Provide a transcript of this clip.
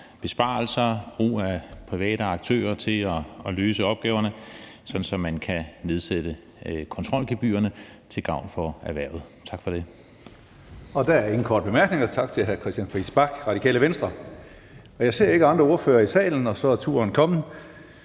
besparelser og brug af private aktører til at løse opgaverne, sådan at man kan nedsætte kontrolgebyrerne til gavn for erhvervet. Tak for det.